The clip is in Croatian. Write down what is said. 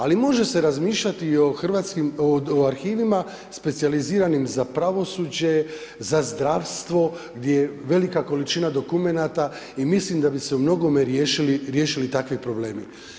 Ali može se razmišljati i o arhivima specijaliziranim za pravosuđe, za zdravstvo gdje je velika količina dokumenata i mislim da bi se umnogome riješili takvi problemi.